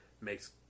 makes